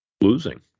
losing